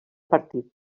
partit